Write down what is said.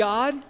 God